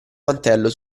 mantello